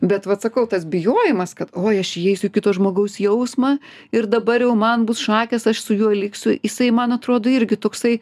bet vat sakau tas bijojimas kad oi aš įeisiu į kito žmogaus jausmą ir dabar jau man bus šakės aš su juo liksiu jisai man atrodo irgi toksai